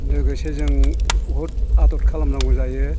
लोगोसे जों बुहुत आदर खालामनांगौ जायो